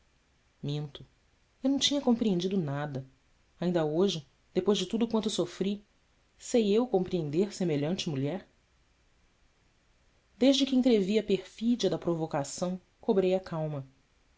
minto eu não tinha compreendido nada ainda hoje depois de tudo quanto sofri sei eu compreender semelhante mulher desde que entrevi a perfídia da provocação cobrei a calma